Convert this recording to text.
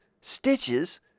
Stitches